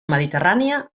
mediterrània